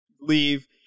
leave